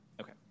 Okay